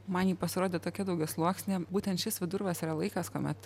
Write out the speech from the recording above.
man ji pasirodė tokia daugiasluoksnė būtent šis vidurvasario laikas kuomet